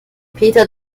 peter